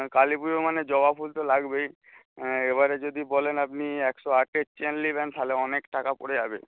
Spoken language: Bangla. কালী পুজো মানে জবা ফুল তো লাগবেই এবারে যদি বলেন আপনি একশো আটের চেন নেবেন তাহলে অনেক টাকা পড়ে যাবে